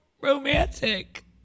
romantic